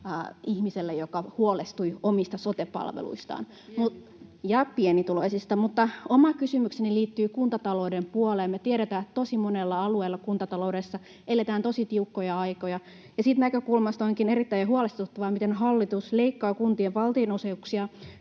Heinäluoma: Pienituloisille!] — Ja pienituloisille. Oma kysymykseni liittyy kuntatalouden puoleen. Me tiedetään, että tosi monella alueella kuntataloudessa eletään tosi tiukkoja aikoja, ja siitä näkökulmasta onkin erittäin huolestuttavaa, miten hallitus leikkaa kuntien valtionosuuksia